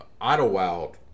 Idlewild